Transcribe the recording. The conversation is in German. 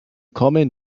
kommen